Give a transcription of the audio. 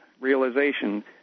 realization